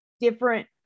different